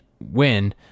win